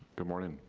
good morning,